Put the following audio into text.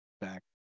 back